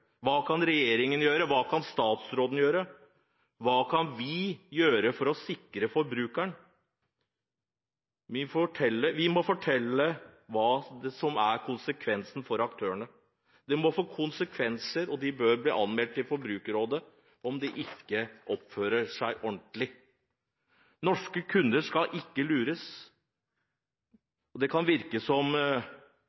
Hva kan regjeringen gjøre? Hva kan statsråden gjøre? Hva kan vi gjøre for å sikre forbrukeren? Vi må fortelle hva som er konsekvensen for aktørene. Det må få konsekvenser, og de bør bli anmeldt til Forbrukerombudet om de ikke oppfører seg ordentlig. Norske kunder skal ikke lures.